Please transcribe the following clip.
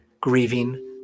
grieving